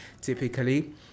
typically